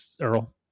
Earl